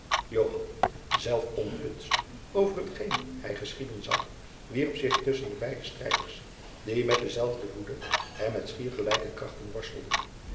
zelf onthutst over hetgeen hij geschieden zag wierp zich tusschen de beide strijders die met dezelfde woede en met schier gelijke krachten worstelden